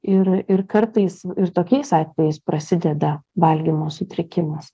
ir ir kartais ir tokiais atvejais prasideda valgymo sutrikimas